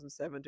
2007